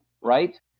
right